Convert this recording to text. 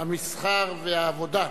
המסחר והעבודה,